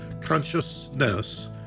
consciousness